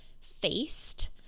faced